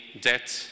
debt